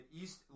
East